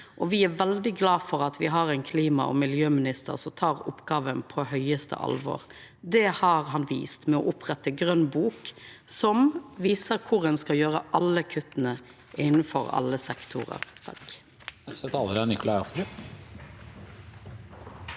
me er veldig glade for at me har ein klima- og miljøminister som tek oppgåva på høgste alvor. Det har han vist ved å oppretta grøn bok, som viser kor ein skal gjera alle kutta innanfor alle sektorar.